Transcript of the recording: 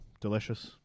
delicious